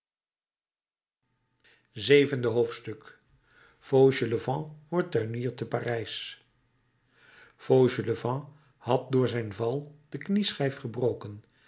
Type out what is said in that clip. zevende hoofdstuk fauchelevent wordt tuinier te parijs fauchelevent had door zijn val de knieschijf gebroken